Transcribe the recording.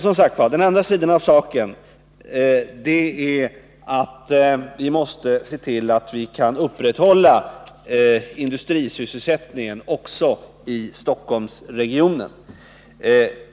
För det andra måste vi se till att vi kan upprätthålla industrisysselsättningen också i Stockholmsregionen.